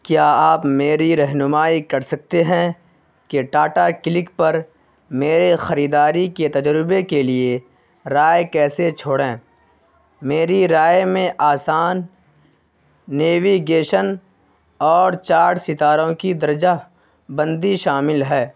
کیا آپ میری رہنمائی کر سکتے ہیں کہ ٹاٹا کلک پر میرے خریداری کے تجربے کے لیے رائے کیسے چھوڑیں میری رائے میں آسان نیویگیشن اور چار ستاروں کی درجہ بندی شامل ہے